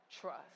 trust